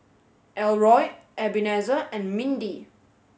Elroy Ebenezer and Mindi